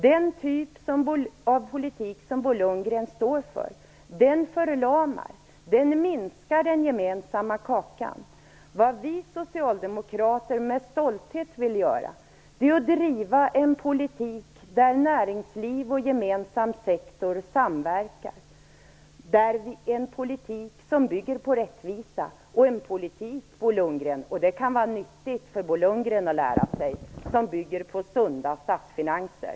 Den typ av politik som Bo Lundgren står för, den förlamar och den minskar den gemensamma kakan. Vad vi socialdemokrater med stolthet vill göra är att driva en politik där näringsliv och gemensam sektor samverkar. Det är en politik som bygger på rättvisa och en politik - och det kan vara nyttigt för Bo Lundgren att lära sig - som bygger på sunda statsfinanser.